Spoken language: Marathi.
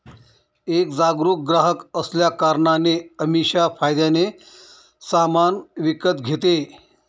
एक जागरूक ग्राहक असल्या कारणाने अमीषा फायद्याने सामान विकत घेते